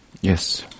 Yes